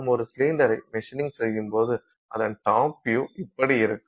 நாம் ஒரு சிலிண்டரை மிஷினிங் செய்யும் போது அதன் டாப் வியூ இப்படி இருக்கும்